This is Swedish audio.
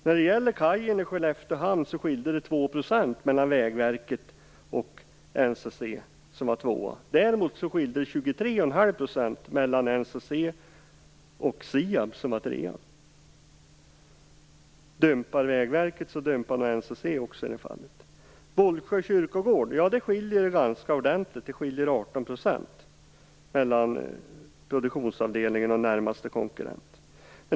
När det gäller kajen i Skelleftehamn skilde det 2 % mellan Vägverket och NCC, som var tvåa. Däremot skilde det 23,5 % mellan NCC och SIAB, som var trea. Dumpar Vägverket så dumpar också NCC. Beträffande Bålsö kyrkogård skiljer det ganska ordentligt, 18 %, mellan produktionsavdelningen och närmaste konkurrent.